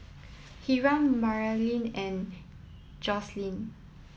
Hiram Maralyn and Jocelynn